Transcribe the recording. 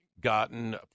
gotten